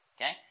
okay